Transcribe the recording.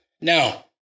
Now